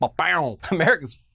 America's